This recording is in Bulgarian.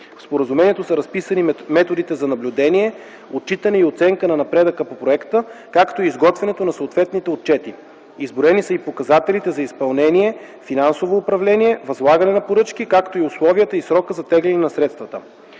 В Споразумението са разписани методите за наблюдение, отчитане и оценка на напредъка по проекта, както и изготвянето на съответните отчети. Изброени са и показателите за изпълнение, финансово управление, възлагането на поръчки, както и условията и срокът за теглене на средствата.